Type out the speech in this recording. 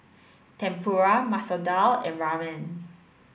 Tempura Masoor Dal and Ramen